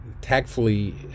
tactfully